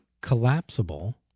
collapsible